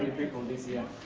people this year.